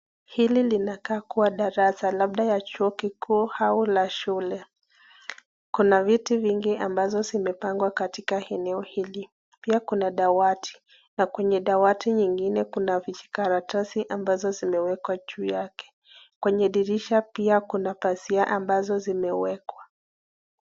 Hili linakaa kuwa darasa labda la chuo kikuu au la shule. Kuna viti vingi ambazo zimepangwa katika eneo hili. Pia kuna dawati na kwenye dawati nyingine kuna vijikaratasi ambazo zimewekwa juu yake, kwenye dirisha pia kuna pazia ambazo zimewekwa.